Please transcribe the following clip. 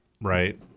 right